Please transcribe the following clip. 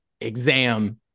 exam